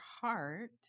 Heart